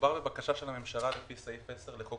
מדובר בבקשה של הממשלה לפי סעיף 10 לחוק